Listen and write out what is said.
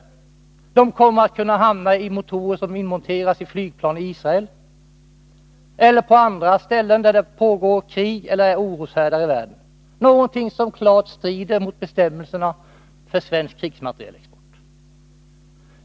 De delarna kommer att kunna hamna i motorer som inmonteras i flygplan i Israel, på andra ställen där det pågår krig eller i oroshärdar i världen. Det är någonting som klart strider mot bestämmelserna för svensk krigsmaterielexport.